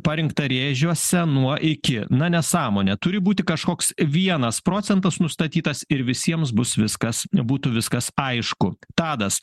parinkta rėžiuose nuo iki na nesąmonė turi būti kažkoks vienas procentas nustatytas ir visiems bus viskas būtų viskas aišku tadas